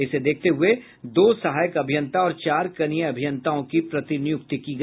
इसे देखते हुए दो सहायक अभियंता और चार कनीय अभियंताओं की प्रतिनियुक्ति की गयी है